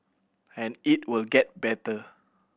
and it will get better